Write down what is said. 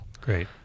great